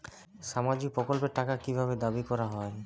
সামাজিক প্রকল্পের টাকা কি ভাবে দাবি করা হয়?